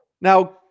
Now